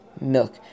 milk